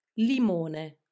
Limone